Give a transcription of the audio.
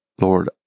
Lord